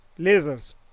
lasers